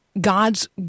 God's